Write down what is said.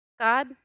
God